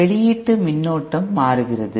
வெளியீட்டு மின்னோட்டம் மாறுகிறது